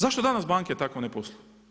Zašto danas banke tako ne posluju?